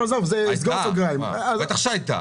בטח הייתה.